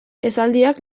esaldiak